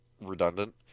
redundant